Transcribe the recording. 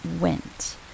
went